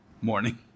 morning